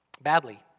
Badly